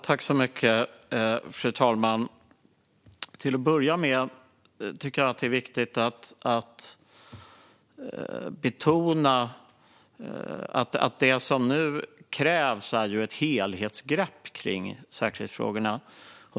Fru talman! Till att börja med tycker jag att det är viktigt att betona att det som nu krävs är ett helhetsgrepp om säkerhetsfrågorna.